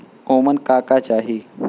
ओमन का का चाही?